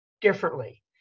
differently